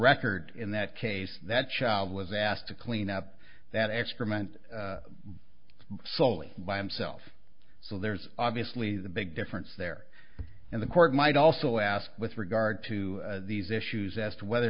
record in that case that child was asked to clean up that excrement soley by himself so there's obviously the big difference there and the court might also ask with regard to these issues asked whether or